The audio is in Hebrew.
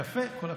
יפה, כל הכבוד.